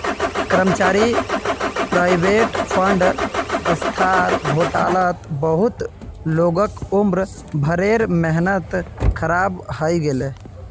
कर्मचारी provident fund संस्थार घोटालात बहुत लोगक उम्र भरेर मेहनत ख़राब हइ गेले